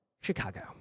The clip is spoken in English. Chicago